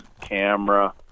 Camera